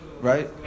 right